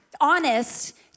honest